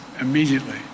immediately